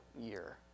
year